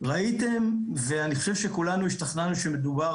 ראיתם ואני חושב שכולנו השתכנענו שמדובר